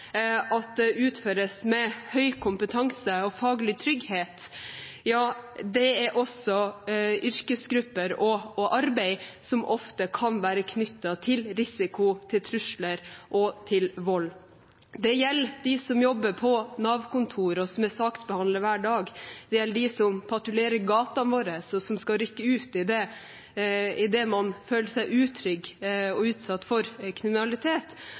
at utføres med høy kompetanse og faglig trygghet, er innenfor yrkesgrupper og arbeid som ofte kan være knyttet til risiko for trusler og vold. Det gjelder dem som jobber på Nav-kontor og som er saksbehandler hver dag, det gjelder dem som patruljerer gatene våre og som skal rykke ut idet man føler seg utrygg og utsatt for kriminalitet,